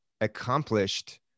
accomplished